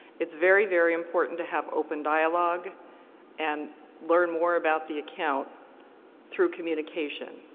it's very, very important to have open dialogue and learn more about the account through communication.